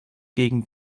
gegen